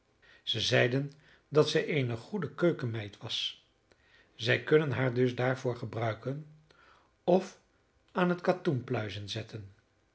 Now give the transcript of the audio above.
zij zeiden dat zij eene goede keukenmeid was zij kunnen haar dus daarvoor gebruiken of aan het katoenpluizen zetten